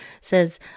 says